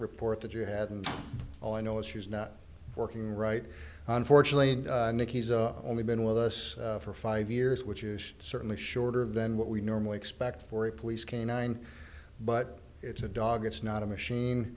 report that you have and all i know is she's not working right unfortunately and nick he's only been with us for five years which is certainly shorter than what we normally expect for police canine but it's a dog it's not a machine